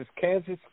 Kansas